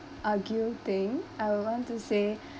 argue thing I would want to say